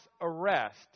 arrest